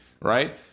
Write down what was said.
right